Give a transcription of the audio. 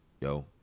yo